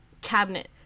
cabinet